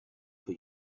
for